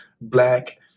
black